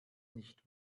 nicht